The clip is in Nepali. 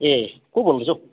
ए को बोल्दैछ हौ